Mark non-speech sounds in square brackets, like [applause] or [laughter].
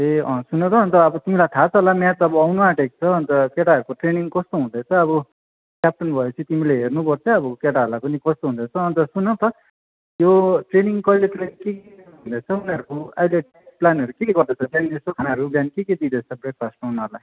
ए सुन त अन्त अब तिमीलाई थाहा छ होला म्याच अब आउनु आँटेको छ अन्त केटाहरूको ट्रेनिङ कस्तो हुँदैछ अब क्याप्टन भएपछि तिमीले हेर्नुपर्छ है अब केटाहरूलाई पनि पनि कस्तो हुँदैछ अन्त सुन त यो ट्रेनिङ कहिलेतिर [unintelligible] अहिले प्लानहरू के के गर्दैछ त्यहाँनिर यसो खानाहरू बिहान के के दिँदैछ ब्रेकफास्टमा उनीहरूलाई